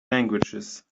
languages